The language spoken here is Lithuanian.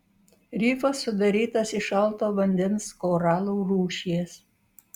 rifas sudarytas iš šalto vandens koralų rūšies